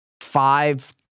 five